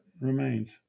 remains